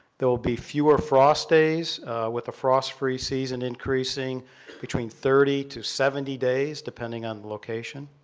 there will be fewer frost days with a frost-free season increasing between thirty to seventy days, depending on the location.